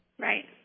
Right